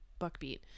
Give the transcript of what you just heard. Buckbeat